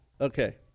Okay